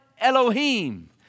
Elohim